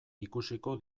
ikusiko